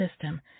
system